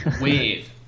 wave